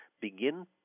begin